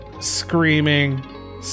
screaming